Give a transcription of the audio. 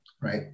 right